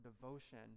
devotion